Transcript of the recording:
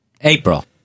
April